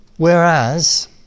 Whereas